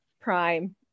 prime